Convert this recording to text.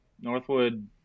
Northwood